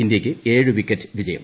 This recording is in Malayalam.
ഇന്തൃക്ക് ഏഴ് വിക്കറ്റ് വിജയം